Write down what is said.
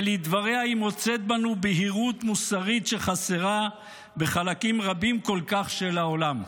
ולדבריה היא מוצאת בנו בהירות מוסרית שחסרה בחלקים רבים כל כך של העולם.